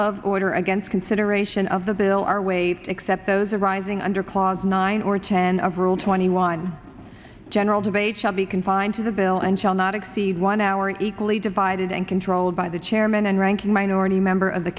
of order against consideration of the bill are waived except those arising under clause nine or ten of rule twenty one general debate shall be confined to the bill and shall not exceed one hour equally divided and controlled by the chairman and ranking minority member of the